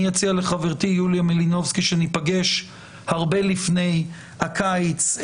אציע לחברתי יוליה מלינובסקי שניפגש הרבה לפני הקיץ.